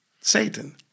Satan